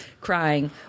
crying